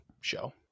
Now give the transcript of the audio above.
show